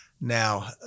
Now